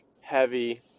heavy